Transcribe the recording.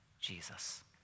Jesus